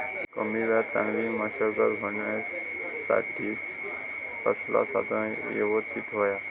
कमी वेळात चांगली मशागत होऊच्यासाठी कसला साधन यवस्तित होया?